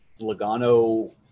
Logano